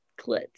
clits